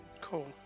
Cool